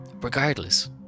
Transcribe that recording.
Regardless